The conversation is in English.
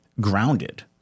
grounded